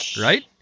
right